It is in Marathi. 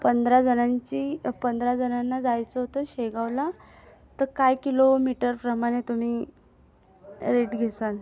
पंधरा जणांची पंधरा जणांना जायचं होतं शेगावला तर काय किलोमीटरप्रमाणे तुम्ही रेट घेसान